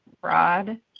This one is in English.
fraud